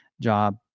Job